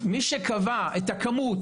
מי שקבע את הכמות,